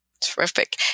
Terrific